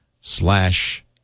slash